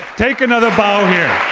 take another bow here,